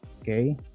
okay